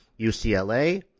UCLA